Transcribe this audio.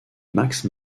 max